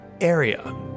Area